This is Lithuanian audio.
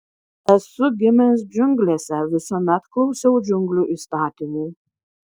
esu gimęs džiunglėse visuomet klausiau džiunglių įstatymų